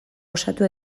osatu